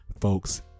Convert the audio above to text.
folks